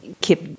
keep